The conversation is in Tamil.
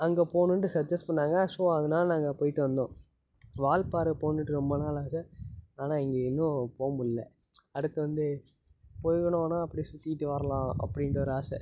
அங்கே போகணுன்ட்டு சஜ்ஜெஸ்ட் பண்ணாங்க ஸோ அதனால நாங்கள் போயிட்டு வந்தோம் வால்பாறை போகணுன்ட்டு ரொம்ப நாள் ஆசை ஆனால் இங்கே இன்னும் போக முடில அடுத்து வந்து போய்னோன்னால் அப்படியே சுற்றிட்டு வரலாம் அப்படின்ட்டு ஒரு ஆசை